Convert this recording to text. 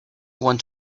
want